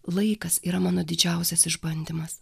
laikas yra mano didžiausias išbandymas